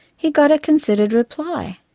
he got a considered reply.